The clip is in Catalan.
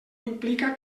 implica